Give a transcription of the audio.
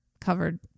covered